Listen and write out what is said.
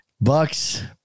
Bucks